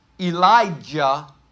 Elijah